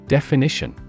Definition